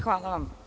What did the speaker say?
Hvala vam.